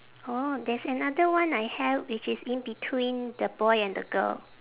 orh there's another one I have which is in between the boy and the girl